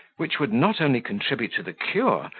which would not only contribute to the cure,